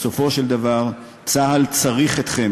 בסופו של דבר צה"ל צריך אתכם